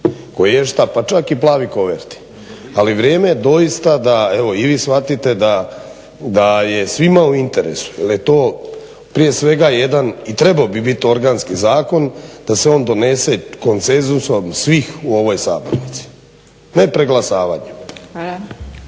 koješta pa čak i plavih koverti, ali vrijeme je doista da evo i vi shvatite da je svima u interesu jer je to prije svega jedan i trebao bi biti organski zakon, da se on donese konsenzusom svih u ovoj sabornici a ne preglasavanjem.